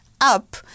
up